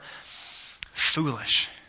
foolish